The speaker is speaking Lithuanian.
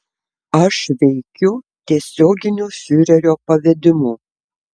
aš veikiu tiesioginiu fiurerio pavedimu